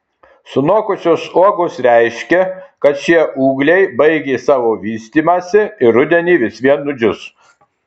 sunokusios uogos reiškia kad šie ūgliai baigė savo vystymąsi ir rudenį vis vien nudžius